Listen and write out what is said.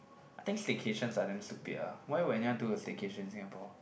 I think staycations are damn stupid ah why would anyone do a staycation in Singapore